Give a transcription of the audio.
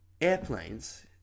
airplanes